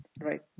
Right